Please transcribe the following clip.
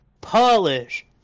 polish